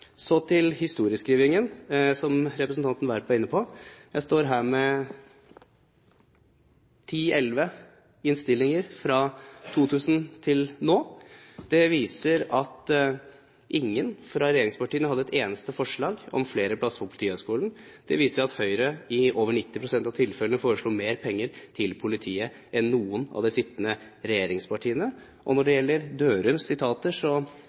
Så til historieskrivingen, som representanten Werp var inne på. Jeg står her med ti–elleve innstillinger fra 2000 til nå. Det viser at ingen fra regjeringspartiene hadde et eneste forslag om flere plasser på Politihøgskolen. Det viser at Høyre, i over 90 pst. av tilfellene, foreslo mer penger til politiet enn noen av de sittende regjeringspartiene. Og når det gjelder Dørums sitater,